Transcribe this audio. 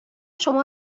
شما